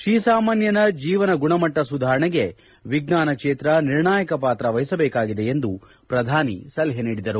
ಶ್ರೀಸಾಮಾನ್ಲನ ಜೀವನ ಗುಣಮಟ್ಟ ಸುಧಾರಣೆಗೆ ವಿಜ್ಞಾನ ಕ್ಷೇತ್ರ ನಿರ್ಣಾಯಕ ಪಾತ್ರ ವಹಿಸಬೇಕಿದೆ ಎಂದು ಪ್ರಧಾನಿ ಸಲಹೆ ನೀಡಿದರು